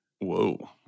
Whoa